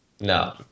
No